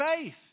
faith